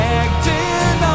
acting